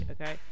Okay